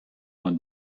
man